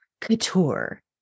Couture